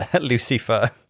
Lucifer